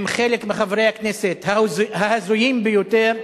עם חלק מחברי הכנסת ההזויים ביותר.